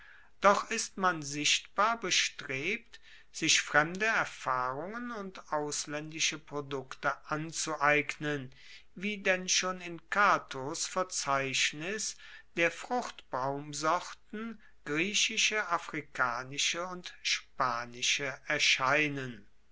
doch ist man sichtbar bestrebt sich fremde erfahrungen und auslaendische produkte anzueignen wie denn schon in catos verzeichnis der fruchtbaumsorten griechische afrikanische und spanische erscheinen